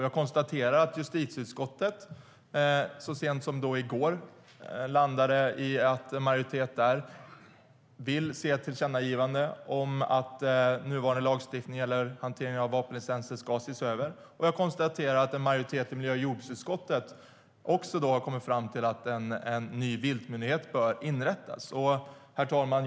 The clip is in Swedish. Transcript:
Jag konstaterar att justitieutskottet så sent som i går landade i att en majoritet vill göra ett tillkännagivande om att nuvarande lagstiftning om hantering av vapenlicenser ska ses över. Jag konstaterar också att en majoritet i miljö och jordbruksutskottet kommit fram till att en viltmyndighet bör inrättas. Herr talman!